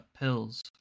pills